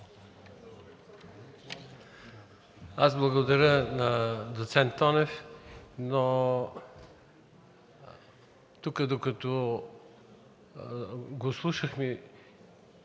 Аз благодаря на доцент Тонев, но тук, докато го слушах